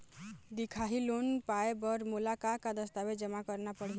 दिखाही लोन पाए बर मोला का का दस्तावेज जमा करना पड़ही?